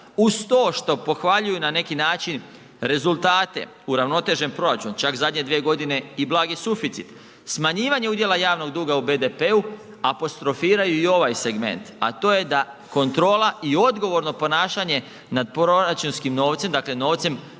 uz to što pohvaljuju na neki način rezultate uravnotežen proračun čak zadnje dvije godine i blagi suficit, smanjivanje udjela javnog duga u BDP-u apostrofiraju i ovaj segment, a to je da kontrola i odgovorno ponašanje nad proračunskim novcem, dakle novcem